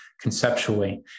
conceptually